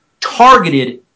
targeted